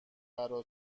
برا